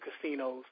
casinos